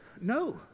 No